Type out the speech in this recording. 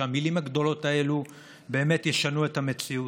שהמילים הגדולות האלה באמת ישנו את המציאות,